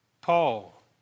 Paul